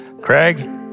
Craig